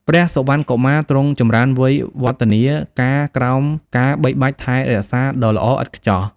ព្រះសុវណ្ណកុមារទ្រង់ចម្រើនវ័យវឌ្ឍនាការក្រោមការបីបាច់ថែរក្សាដ៏ល្អឥតខ្ចោះ។